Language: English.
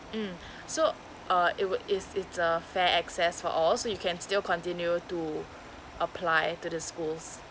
mm so uh it would it's it's a fair access for all so you can still continue to apply to the schools